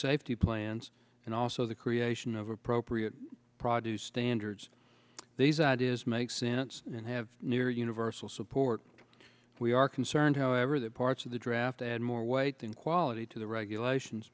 safety plans and also the creation of appropriate produce standards these ideas make sense and have near universal support we are concerned however that parts of the draft add more weight than quality to the regulations